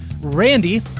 Randy